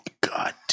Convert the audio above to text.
God